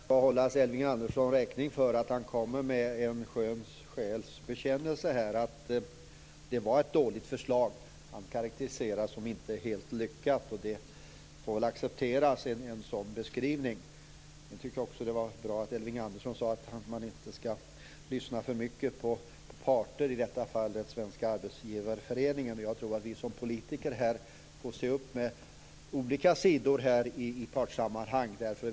Herr talman! Vi skall väl ändå hålla Elving Andersson räkning för att han kommer med en skön själs bekännelser. Det var ett dåligt förslag. Han karakteriserade det som inte helt lyckat, och den beskrivningen får väl accepteras. Jag tycker också att det var bra att Elving Andersson sade att man inte skall lyssna för mycket på parter - i detta fall den svenska arbetsgivareföreningen. Jag tror att vi som politiker får se upp med olika sidor i partssammanhang.